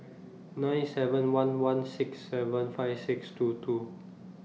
nine seven one one six seven five six two two